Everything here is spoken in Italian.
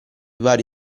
vari